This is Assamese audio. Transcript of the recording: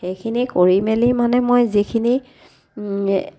সেইখিনি কৰি মেলি মানে মই যিখিনি